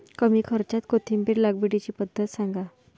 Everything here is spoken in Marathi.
कमी खर्च्यात कोथिंबिर लागवडीची पद्धत सांगा